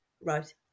Right